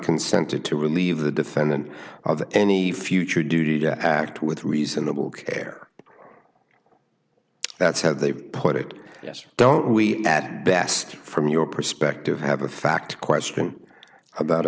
consented to relieve the defendant of any future duty to act with reasonable care that's how they put it yes or don't we best from your perspective have a fact question a